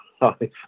life